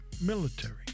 military